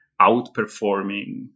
outperforming